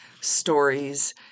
stories